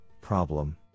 problem